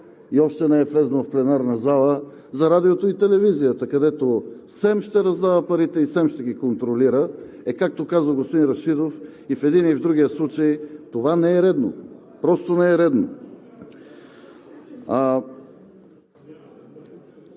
и още не е влязъл в пленарната зала, където СЕМ ще раздава парите и ще ги контролира, а както каза господин Рашидов – и в единия, и в другия случай това не е редно. Просто не е редно.